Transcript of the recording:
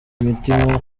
imitima